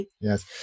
Yes